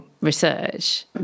research